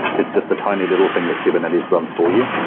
it's just a tiny little thing that kubernetes runs for you.